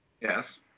Yes